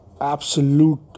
absolute